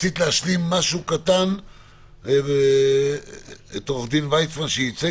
רצית להוסיף משהו על דבריו של יוסי ויצמן?